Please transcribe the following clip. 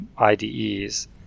IDEs